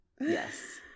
yes